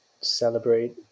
celebrate